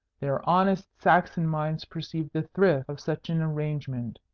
their honest saxon minds perceive the thrift of such an arrangement.